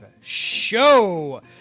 Show